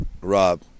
Rob